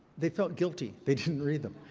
they felt guilty. they didn't read them.